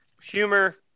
Humor